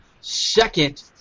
second